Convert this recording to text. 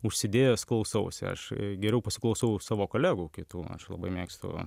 užsidėjęs klausausi aš geriau pasiklausau savo kolegų kitų aš labai mėgstu